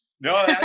No